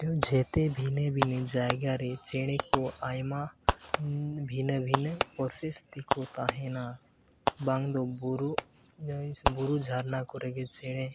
ᱡᱚᱛᱚ ᱵᱷᱤᱱᱟᱹᱼᱵᱷᱤᱱᱟᱹ ᱡᱟᱭᱜᱟᱨᱮ ᱪᱮᱬᱮᱠᱚ ᱟᱭᱢᱟ ᱵᱷᱤᱱᱟᱹᱼᱵᱷᱤᱱᱟᱹ ᱛᱮᱠᱚ ᱛᱟᱦᱮᱱᱟ ᱵᱟᱝ ᱫᱚ ᱵᱩᱨᱩ ᱵᱩᱨᱩ ᱡᱷᱟᱨᱱᱟ ᱠᱚᱨᱮᱜᱮ ᱪᱮᱬᱮ